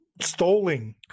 stalling